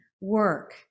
work